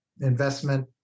investment